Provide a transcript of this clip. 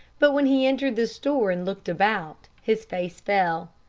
but when he entered the store and looked about, his face fell.